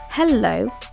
Hello